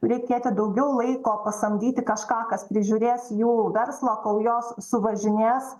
reikėti daugiau laiko pasamdyti kažką kas prižiūrės jų verslą kol jos suvažinės